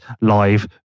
live